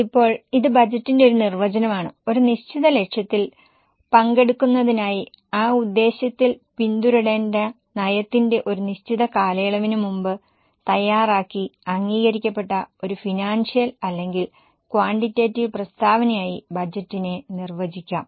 ഇപ്പോൾ ഇത് ബജറ്റിന്റെ ഒരു നിർവചനമാണ് ഒരു നിശ്ചിത ലക്ഷ്യത്തിൽ പങ്കെടുക്കുന്നതിനായി ആ ഉദ്ദേശ്യത്തിൽ പിന്തുടരേണ്ട നയത്തിന്റെ ഒരു നിശ്ചിത കാലയളവിന് മുമ്പ് തയ്യാറാക്കി അംഗീകരിക്കപ്പെട്ട ഒരു ഫിനാൻഷ്യൽ അല്ലെങ്കിൽ ക്വാണ്ടിറ്റേറ്റീവ് പ്രസ്താവനയായി ബഡ്ജറ്റിനെ നിർവചിക്കാം